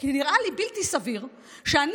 כי נראה לי בלתי סביר שאני,